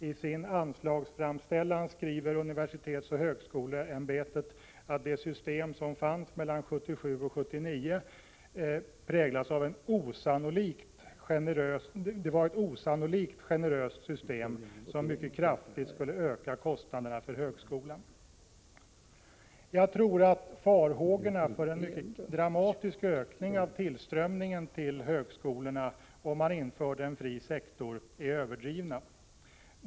I sin anslagsframställan skriver universitetsoch högskoleämbetet att det system som fanns mellan 1977 och 1979 var ett osannolikt generöst system, som mycket kraftigt skulle öka kostnaderna för högskolan. Jag tror att farhågorna för en mycket dramatisk ökning av tillströmningen till högskolorna, om man införde en fri sektor, är överdrivna.